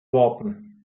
worten